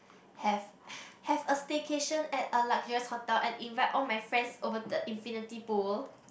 have have a staycation at luxurious hotel and invite all my friends over the infinity pool